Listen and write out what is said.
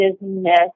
business